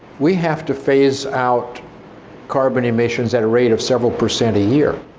we have to phase out carbon emissions at a rate of several percent a year.